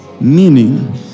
Meaning